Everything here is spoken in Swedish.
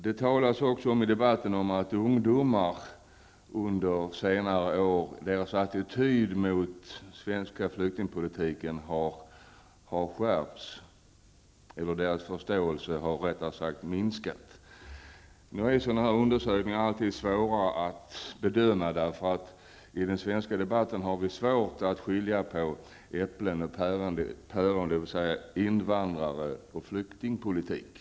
I debatten talas det också om att ungdomars förståelse för den svenska flyktingpolitiken har minskat under senare år. Men det är alltid svårt att bedöma undersökningar av det slaget. I den svenska debatten har man svårt att skilja mellan äpplen och päron -- dvs. mellan invandrare och flyktingpolitik.